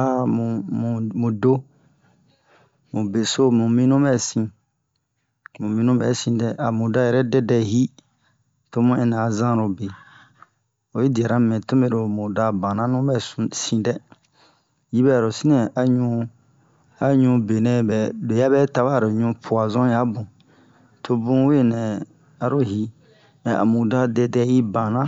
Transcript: mu mudo mubeso mu minu bɛsin mu minu bɛsindɛ a muda yɛrɛ dɛdɛ hi tomu ɛnɛ a zanrobe oyi diara me tomɛro muda bana nubɛ susin dɛ yibɛro sinɛ a ɲu a ɲu benɛ bɛ loyabɛ tawɛ aro ɲu poison yamu tobu wenɛ aro hi mɛ'a muda dɛdɛ hi bana